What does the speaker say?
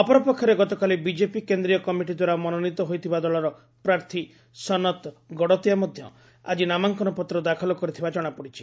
ଅପରପକ୍ଷରେ ଗତକାଲି ବିଜେପି କେନ୍ଦ୍ରୀୟ କମିଟି ଦ୍ୱାରା ମନୋନୀତ ହୋଇଥିବା ଦଳର ପ୍ରାର୍ଥୀ ସନତ ଗଡତିଆ ମଧ୍ଧ ଆକି ନାମାଙ୍କନପତ୍ର ଦାଖଲ କରିଥିବା ଜଶାପଡିଛି